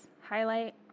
highlight